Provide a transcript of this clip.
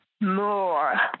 more